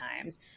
times